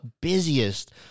busiest